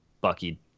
Bucky